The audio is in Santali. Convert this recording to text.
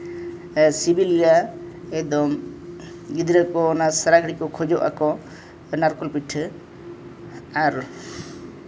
ᱥᱤᱵᱤᱞ ᱜᱮᱭᱟ ᱮᱠᱫᱚᱢ ᱜᱤᱫᱽᱨᱟᱹ ᱠᱚ ᱚᱱᱟ ᱥᱟᱨᱟ ᱜᱷᱟᱹᱲᱤᱡ ᱠᱚ ᱠᱷᱚᱡᱚᱜ ᱟᱠᱚ ᱱᱟᱲᱠᱳᱞ ᱯᱤᱴᱷᱟᱹ ᱟᱨ